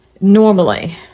Normally